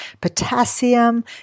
potassium